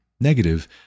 negative